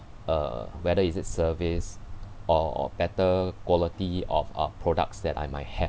uh whether is it service or better quality of uh products that I might have